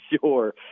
sure